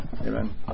Amen